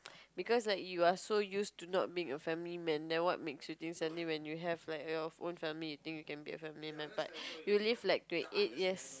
because like you are so used to not being a family man then what makes you think suddenly when you have like your own family you think you can be a family man but you live like twenty eight years